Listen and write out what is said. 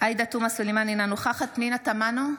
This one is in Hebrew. עאידה תומא סלימאן, אינה נוכחת פנינה תמנו,